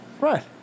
right